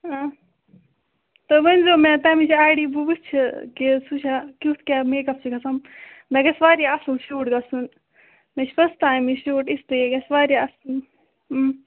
آ تُہۍ ؤنۍزیٚو مےٚ تمِچ اے ڈی بہٕ وُچھٕ کہِ سُہ چھا کٮُ۪تھ کیٛاہ میک اَپ چھُ گَژھان مےٚ گَژھِ واریاہ اَصٕل شوٗٹ گژھُن مےٚ چھُ فٔسٹ ٹایِم یہِ شوٗٹ اِس لیے گَژھِ واریاہ اصٕل